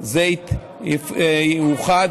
זה יאוחד,